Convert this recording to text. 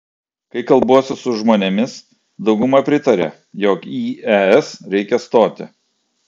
kai kalbuosi su žmonėmis dauguma pritaria jog į es reikia stoti